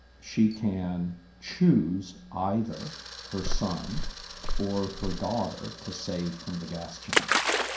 she can choose either her son or her daughter to save from the gas chambers.